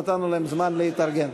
נתנו להם זמן להתארגן.